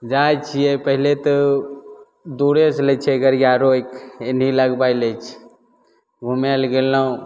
जाइ छिए पहिले तऽ दूरेसे लै छै गाड़िआ रोकि एनही लगबै लै छै घुमैले गेलहुँ